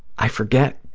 i forget.